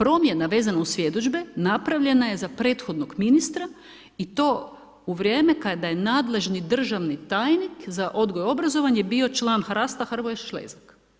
Promjena vezana uz svjedodžbe napravljena je za prethodnog ministra i to u vrijeme kada je nadležni državni tajnik za odgoj i obrazovanje, bio član HRAST-a Hrvoje Šlezak.